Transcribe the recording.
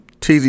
TZ